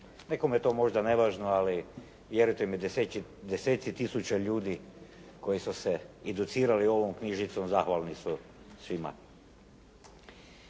Nekome je to možda nevažno, ali vjerujte mi deseci tisuća ljudi koji su se educirali ovom knjižnicom, zahvalni su svima.